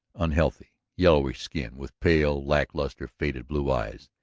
unhealthy, yellowish skin, with pale, lack-lustre, faded blue eyes,